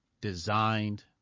designed